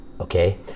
Okay